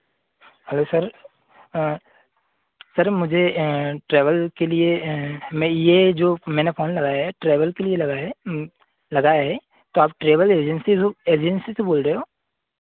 hello sir sir मुझे travel के लिए मैं यह जो मैंने फ़ोन लगाया है ट्रैवल के लिए लगाया है लगाया है तो आप ट्रैवल एजेन्सी से एजेन्सी से बोल रहे हो